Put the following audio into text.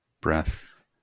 breath